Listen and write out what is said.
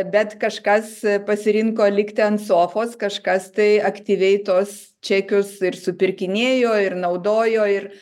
bet kažkas pasirinko likti ant sofos kažkas tai aktyviai tuos čekius ir supirkinėjo ir naudojo ir